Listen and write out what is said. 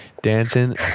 dancing